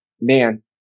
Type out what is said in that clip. man